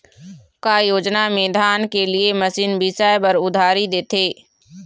का योजना मे धान के लिए मशीन बिसाए बर उधारी देथे?